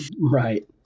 Right